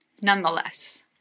nonetheless